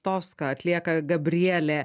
toska atlieka gabrielė